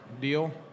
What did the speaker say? deal